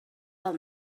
pel